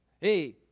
Hey